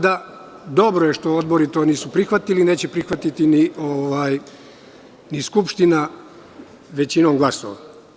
Dobro je što odbori to nisu prihvatili, neće prihvatiti ni Skupština većinom glasova.